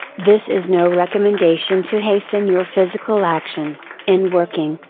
this is no recommendation to hasten your physical action in working.